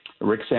Rick